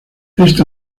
este